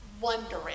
wondering